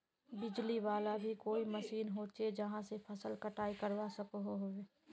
बिजली वाला भी कोई मशीन होचे जहा से फसल कटाई करवा सकोहो होबे?